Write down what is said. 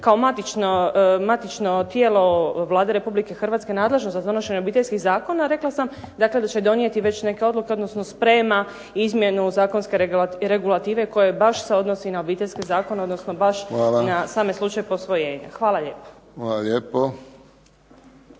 kao matično tijelo Vlade Republike Hrvatske nadležno za donošenje obiteljskih zakona, rekla sam dakle da će donijeti već neke odluke, odnosno sprema izmjenu zakonske regulative koja baš se odnosi na obiteljske zakone, odnosno baš na sami slučaj posvojenja. Hvala lijepo. **Friščić,